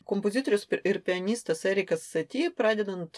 kompozitorius ir pianistas erikas sati pradedant